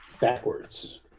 backwards